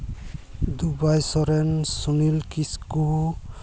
Dubai Soren Sunil Kisku